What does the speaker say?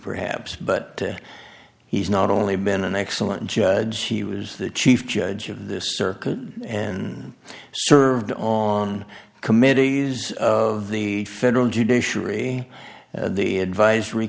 perhaps but he's not only been an excellent judge he was the chief judge of this circuit and served on committees of the federal judiciary the advisory